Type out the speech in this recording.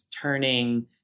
turning